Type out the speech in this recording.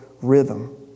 rhythm